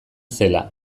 zela